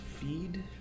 feed